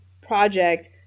project